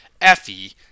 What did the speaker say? Effie